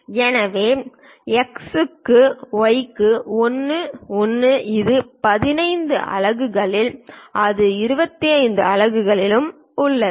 எனவே X க்கு Y க்கு 1 1 இது 15 அலகுகளிலும் அது 25 அலகுகளிலும் உள்ளது